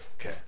okay